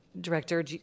Director